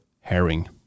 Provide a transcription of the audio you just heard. herring